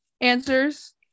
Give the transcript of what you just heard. Answers